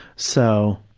so,